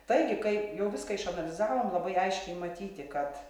taigi kai jau viską išanalizavom labai aiškiai matyti kad